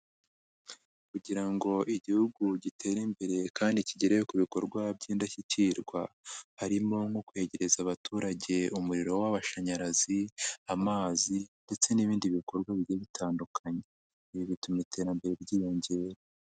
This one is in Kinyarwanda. Kugira ngo igihugu gitere imbere kandi kigere ku bikorwa by'indashyikirwa, harimo nko kwegereza abaturage umuriro w'amashanyarazi, amazi ndetse n'ibindi bikorwa bigiye bitandukanye, ibi bituma iterambere ryiyongera.